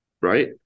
right